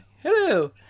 Hello